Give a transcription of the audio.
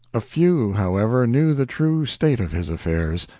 a few, however, knew the true state of his affairs.